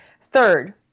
third